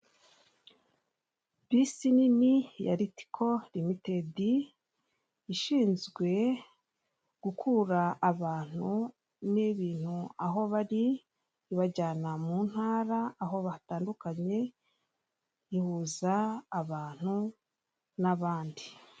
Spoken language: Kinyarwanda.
Bisi nini ya ritiko limitedi ishinzwe gukura abantu n'ibintu aho bari ibajyana mu ntara aho batandukanye ihuza abantu n'abandi.